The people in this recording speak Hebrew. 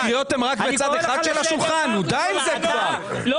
אבל אני